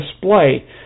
display